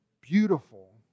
beautiful